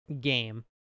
game